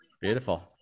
beautiful